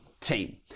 team